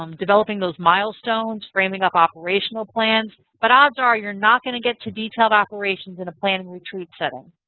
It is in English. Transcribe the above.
um developing those milestones, framing up operational plans. but odds are you're not going to get to detailed operations in a planning retreat setting.